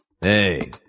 Hey